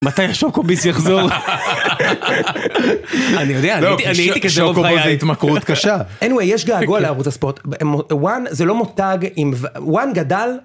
מתי השוקוביס יחזור? אני יודע, אני הייתי כזה רוב חיי בהתמכרות קשה. any way, יש געגוע לערוץ הספורט. one זה לא מותג עם... one גדל.